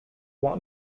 want